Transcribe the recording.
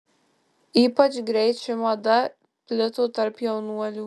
ypač greit ši mada plito tarp jaunuolių